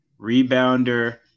rebounder